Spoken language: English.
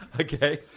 Okay